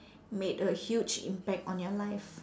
made a huge impact on your life